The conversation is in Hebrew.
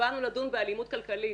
באנו לדון באלימות כלכלית.